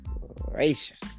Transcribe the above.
gracious